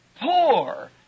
poor